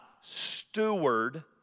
steward